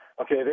Okay